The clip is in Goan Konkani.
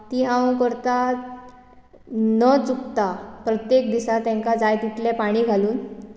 ती हांव करतां न चुकता प्रत्येक दिसा तेंका जाय तितले पाणि घालून